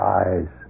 eyes